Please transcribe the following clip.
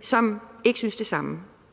som ikke siger det samme.